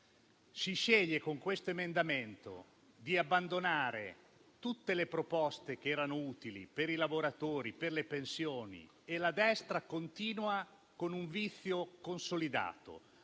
Si sceglie con questo emendamento di abbandonare tutte le proposte che erano utili per i lavoratori e per le pensioni e la destra persevera con un vizio consolidato,